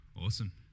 Awesome